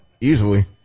Easily